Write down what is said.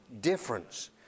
difference